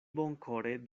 bonkore